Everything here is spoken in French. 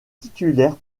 titulaire